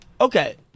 Okay